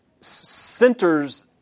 centers